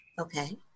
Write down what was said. Okay